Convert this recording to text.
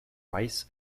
rice